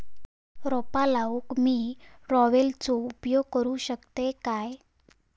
रोपा लाऊक मी ट्रावेलचो उपयोग करू शकतय काय?